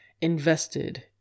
invested